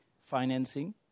financing